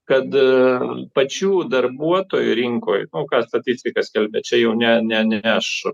kad pačių darbuotojų rinkoj nu ką statistika skelbia čia jau ne ne ne aš